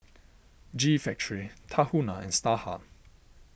G Factory Tahuna and Starhub